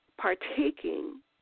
partaking